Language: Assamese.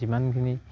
যিমানখিনি